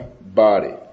body